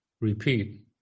repeat